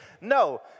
No